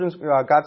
God's